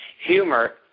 humor